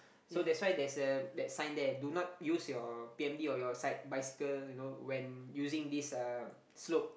so that's why there's a that sign there do not use your p_m_d or your side bicycle you know when using this uh slope